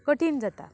कठीण जाता